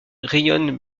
rayonnent